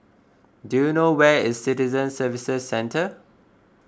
do you know where is Citizen Services Centre